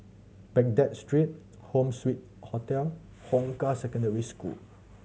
Baghdad Street Home Suite Hotel Hong Kah Secondary School